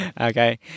Okay